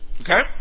Okay